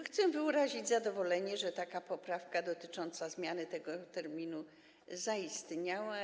Chcę wyrazić zadowolenie, że poprawka dotycząca zmiany tego terminu zaistniała.